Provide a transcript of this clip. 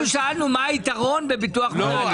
אנחנו שאלנו מה היתרון בביטוח מנהלים.